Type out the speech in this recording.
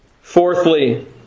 Fourthly